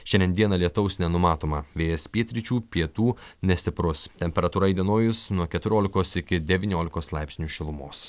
šiandien dieną lietaus nenumatoma vėjas pietryčių pietų nestiprus temperatūra įdienojus nuo keturiolikos iki devyniolikos laipsnių šilumos